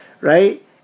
right